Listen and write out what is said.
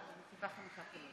הרווחה והבריאות נתקבלה.